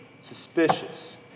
suspicious